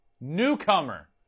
Newcomer